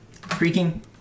Creaking